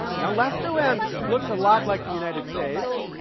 now lesterland looks a lot like the united states.